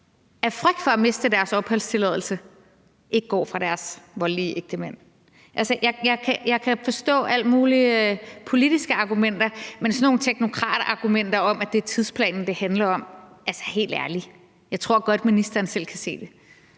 af frygt for at miste deres opholdstilladelse ikke går fra deres voldelige ægtemand. Jeg kan forstå alle mulige politiske argumenter, men om sådan nogle teknokratiske argumenter om, at det er tidsplanen, det handler om, må jeg sige: Helt ærligt, jeg tror godt, ministeren selv kan se det.